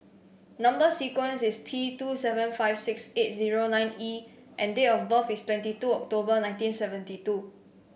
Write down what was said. number sequence is T two seven five six eight zero nine E and date of birth is twenty two October nineteen seventy two